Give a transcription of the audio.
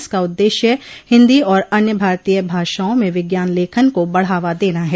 इसका उद्देश्य हिन्दी और अन्य भारतीय भाषाओं में विज्ञान लेखन को बढ़ावा देना है